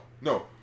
no